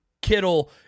kittle